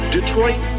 Detroit